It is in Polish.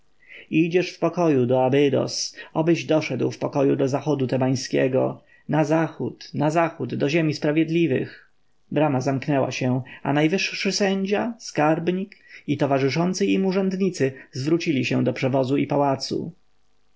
idziesz w pokoju do abydos obyś doszedł w pokoju do zachodu tebańskiego na zachód na zachód do ziemi sprawiedliwych brama zamknęła się a najwyższy sędzia skarbnik i towarzyszący im urzędnicy zawrócili się do przewozu i pałacu